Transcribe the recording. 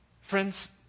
Friends